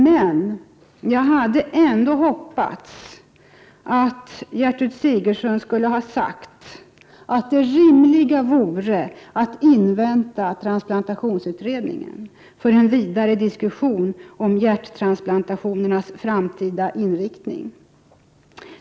Men jag hade ändå hoppats att Gertrud Sigurdsen skulle ha sagt att det rimliga vore att invänta transplantationsutredningens resultat, för en vidare diskussion om hjärttransplantationernas framtida inriktning.